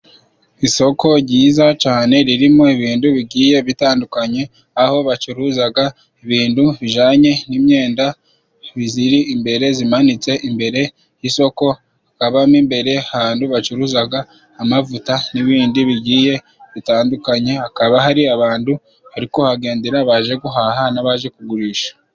Isoko jyiza cane ririmo ibintu bigiye bitandukanye aho bacuruzaga ibintu bijanye n'imyenda biziri imbere zimanitse imbere y'isoko hakabamo imbere ahantu bacuruzaga amavuta n'ibindi bigiye bitandukanye hakaba hari abantu bari kuhagendera baje guhaha n'abaje kugurisha.